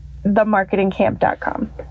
TheMarketingCamp.com